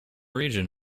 region